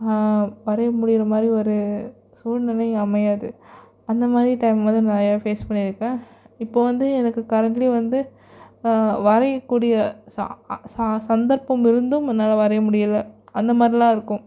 வரைய முடியற மாதிரி ஒரு சூழ்நிலை அமையாது அந்தமாதிரி டைம் வந்து நிறையா ஃபேஸ் பண்ணியிருக்கேன் இப்போது வந்து எனக்கு கரென்ட்லி வந்து வரையக்கூடிய சந்தர்ப்பம் இருந்தும் என்னால் வரைய முடியல அந்த மாதிரிலாம் இருக்கும்